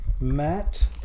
matt